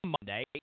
Monday